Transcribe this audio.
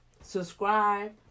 subscribe